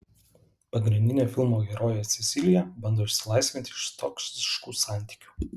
pagrindinė filmo herojė cecilija bando išsilaisvinti iš toksiškų santykių